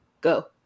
Go